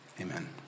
amen